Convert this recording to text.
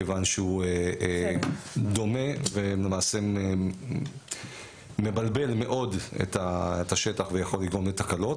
כיוון שהוא דומה ולמעשה מבלבל מאוד את השטח ויכול לגרום לתקלות.